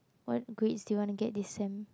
what grades do you want to get this sem